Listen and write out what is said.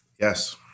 Yes